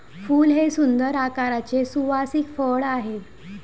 फूल हे सुंदर आकाराचे सुवासिक फळ आहे